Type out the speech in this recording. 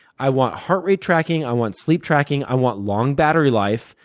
i want heart rate tracking. i want sleep tracking. i want long battery life.